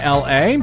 la